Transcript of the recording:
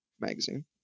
Magazine